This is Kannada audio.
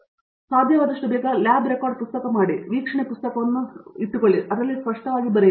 ಸತ್ಯನಾರಾಯಣ ಎನ್ ಗುಮ್ಮದಿ ಸಾಧ್ಯವಾದಷ್ಟು ಬೇಗ ಲ್ಯಾಬ್ ರೆಕಾರ್ಡ್ ಪುಸ್ತಕವನ್ನು ಮಾಡಿ ಮತ್ತು ವೀಕ್ಷಣೆ ಪುಸ್ತಕವನ್ನು ಸ್ಪಷ್ಟವಾಗಿ ತಿಳಿಯಿರಿ